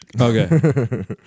Okay